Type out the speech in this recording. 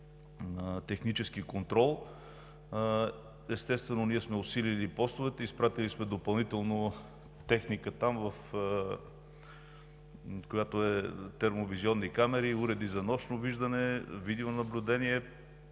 на технически контрол. Естествено, ние сме усилили постовете, изпратили сме допълнително техника там – термовизионни камери, уреди за нощно виждане, видеонаблюдение,